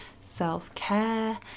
self-care